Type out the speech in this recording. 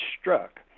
Struck